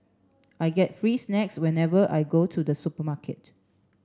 I get free snacks whenever I go to the supermarket